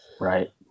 Right